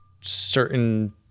certain